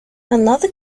another